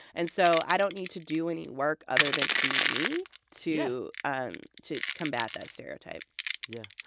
and so i don't need to do any work other than be me to um to combat that stereotype yeah.